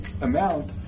amount